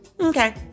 Okay